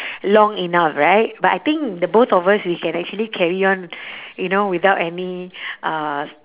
long enough right but I think the both of us we can actually carry on you know without any uh